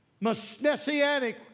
Messianic